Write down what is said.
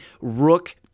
rook